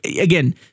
again